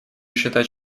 считать